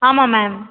ஆமாம் மேம்